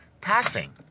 passing